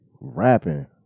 rapping